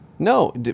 No